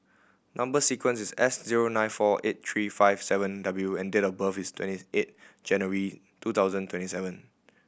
number sequence is S zero nine four eight three five seven W and date of birth is twenty eight January two thousand twenty seven